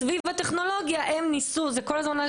סביב הטכנולוגיה הם ניסו -- שוב,